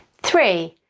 three.